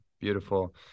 beautiful